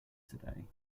today